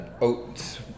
oats